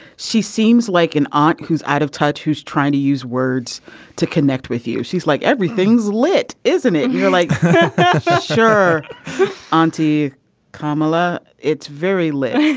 she seems like an aunt who's out of touch who's trying to use words to connect with you. she's like everything's lit isn't it. you're like you're on to kamala. it's very live.